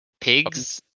Pigs